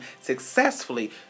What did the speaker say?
successfully